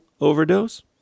overdose